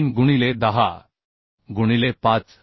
3 गुणिले 10 गुणिले 5